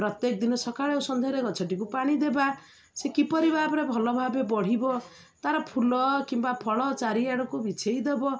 ପ୍ରତ୍ୟେକ ଦିନ ସକାଳୁ ସନ୍ଧ୍ୟାରେ ଗଛଟିକୁ ପାଣି ଦେବା ସେ କିପରି ଭାବରେ ଭଲ ଭାବେ ବଢ଼ିବ ତା'ର ଫୁଲ କିମ୍ବା ଫଳ ଚାରିଆଡ଼କୁ ବିଛେଇ ଦେବ